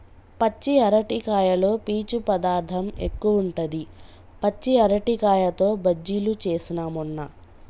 పచ్చి అరటికాయలో పీచు పదార్ధం ఎక్కువుంటది, పచ్చి అరటికాయతో బజ్జిలు చేస్న మొన్న